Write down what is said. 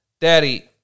daddy